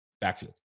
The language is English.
backfield